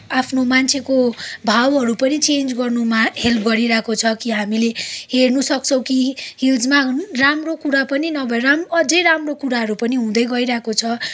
आफ्नो मान्छेको भावहरू पनि चेन्ज गर्नुमा हेल्प गरिरहेको छ कि हामीले हेर्नुसक्छौँ कि हिल्समा राम्रो कुरा पनि नभए अझै राम्रो कुराहरू पनि हुँदै गइरहेको छ